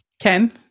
Ken